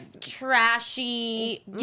trashy